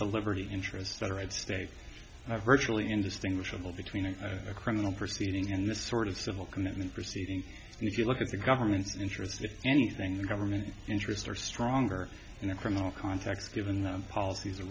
the liberty interests that are at stake i virtually indistinguishable between a criminal proceeding and this sort of civil commitment proceeding if you look at the government's interest if anything the government interests are stronger in a criminal context given the policies of